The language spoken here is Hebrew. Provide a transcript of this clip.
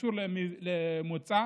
שקשורה במוצא